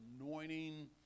anointing